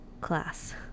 class